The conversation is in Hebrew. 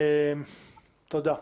תודה.